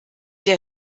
der